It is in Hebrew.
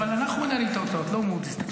אבל אנחנו מנהלים את התוצאות, לא מודי'ס.